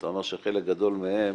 אתה אומר שחלק גדול מהם,